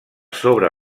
sobre